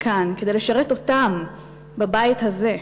לכאן, כדי לשרת אותם בבית הזה.